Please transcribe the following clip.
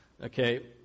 Okay